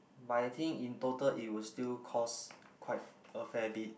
but I think in total it was still cost quite a fair bit